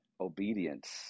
obedience